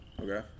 Okay